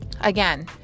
Again